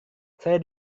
saya